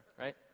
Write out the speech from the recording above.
right